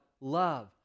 love